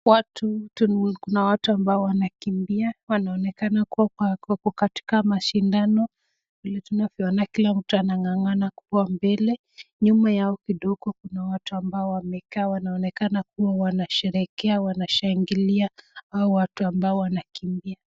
Watu kuna watu ambayo wanakimbia wanaonekana wako katika mashindano, tunaona kila mtu anang'ang'ana kuwa mbele, nyuma yao kidogo kuna watu wamekaa wanaonekana kuwa wanasherekea, wanashangilia hawa watu ambao wanakimbia.